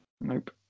Nope